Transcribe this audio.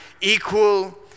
equal